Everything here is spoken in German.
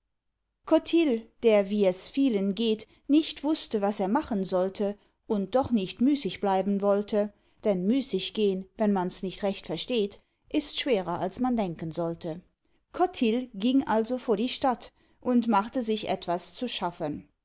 cotill der wie es vielen geht nicht wußte was er machen sollte und doch nicht müßig bleiben wollte denn müßig gehn wenn mans nicht recht versteht ist schwerer als man denken sollte cotill ging also vor die stadt und machte sich etwas zu schaffen